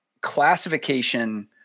classification